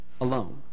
alone